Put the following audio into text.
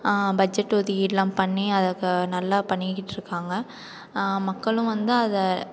budget ஒதுக்கீடெலாம் பண்ணி அதை கா நல்லா பண்ணிக்கிட்டிருக்காங்க மக்களும் வந்து அதை